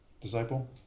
Disciple